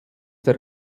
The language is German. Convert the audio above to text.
der